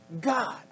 God